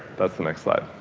that's the next slide.